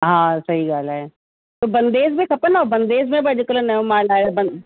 हा सही ॻाल्हि आहे त बंधेज में खपनव बंधेज में बि अॼुकल्ह नयो माल आहियो बं